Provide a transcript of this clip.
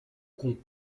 compte